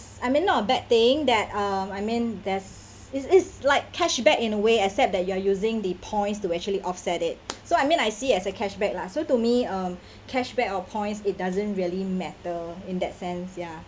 I mean not a bad thing that um I mean that's is is like cashback in a way except that you are using the points to actually offset it so I mean I see as a cashback lah so to me um cashback or points it doesn't really matter in that sense ya